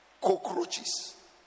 cockroaches